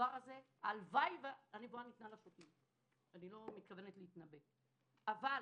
נבואה ניתנה לשוטים, אני לא מתכוונת להתנבא, אבל